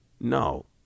No